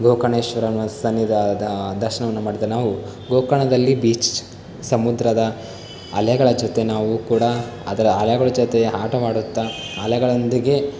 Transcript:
ಗೋಕರ್ಣೇಶ್ವರನ ಸನ್ನಿಧಾನದ ದರ್ಶನವನ್ನು ಮಾಡಿದ ನಾವು ಗೋಕರ್ಣದಲ್ಲಿ ಬೀಚ್ ಸಮುದ್ರದ ಅಲೆಗಳ ಜೊತೆ ನಾವು ಕೂಡ ಅದರ ಅಲೆಗಳ ಜೊತೆ ಆಟವಾಡುತ್ತಾ ಅಲೆಗಳೊಂದಿಗೆ